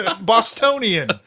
Bostonian